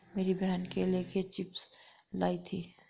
मेरी बहन केले के चिप्स लाई थी